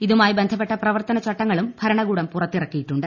ഇതുമായി ബന്ധപ്പെട്ട പ്രവർത്തന ചട്ടങ്ങളും ഭരണകൂടം പുറത്തിറക്കിയിട്ടുണ്ട്